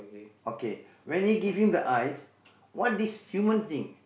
okay when he give him the eyes what this human think